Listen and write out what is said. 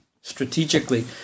strategically